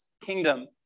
kingdom